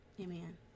amen